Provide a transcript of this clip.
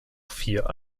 vier